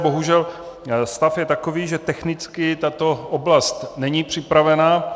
Bohužel stav je takový, že technicky tato oblast není připravena.